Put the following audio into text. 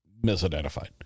misidentified